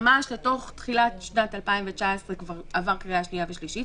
ממש לתוך תחילת שנת 2019 כבר עברה קריאה שנייה ושלישית,